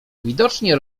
widocznie